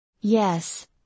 Yes